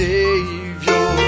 Savior